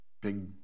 big